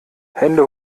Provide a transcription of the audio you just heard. hände